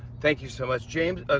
thank you so much. james ah,